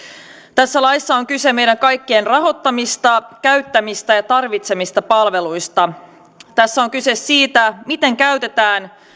tässä laissa on kyse meidän kaikkien rahoittamista käyttämistä ja tarvitsemista palveluista tässä on kyse siitä miten käytetään